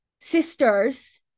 sisters